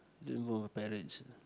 learn from my parents